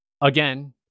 again